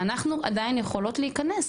ואנחנו עדיין יכולות להיכנס.